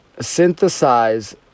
synthesize